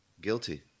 Guilty